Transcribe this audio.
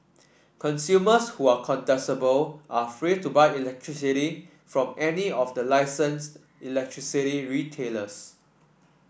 consumers who are contestable are free to buy electricity from any of the licensed electricity retailers